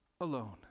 alone